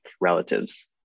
relatives